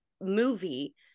movie